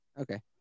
okay